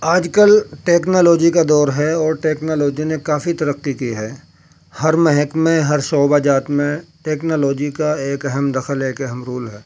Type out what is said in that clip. آج کل ٹیکنالوجی کا دور ہے اور ٹیکنالوجی نے کافی ترقی کی ہے ہر محکمے ہر شعبہ جات میں ٹیکنالوجی کا ایک اہم دخل ہے ایک اہم رول ہے